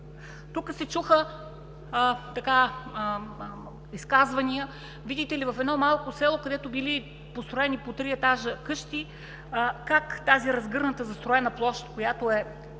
Тук се чуха изказвания: „видите ли, в едно малко село, където били построени по три етажа къщи, как тази разгърната застроена площ, която е